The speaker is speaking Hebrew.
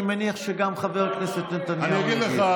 אני מניח שגם חבר הכנסת נתניהו יגיד.